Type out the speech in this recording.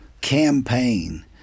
campaign